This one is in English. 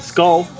Skull